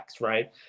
right